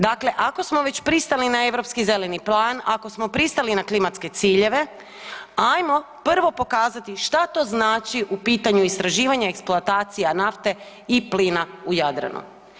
Dakle, ako smo već pristali na Europski zeleni plan, ako smo pristali na klimatske ciljeve, ajmo prvo pokazati šta to znači u pitanju istraživanje i eksploatacija nafte i plina u Jadranu?